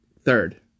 Third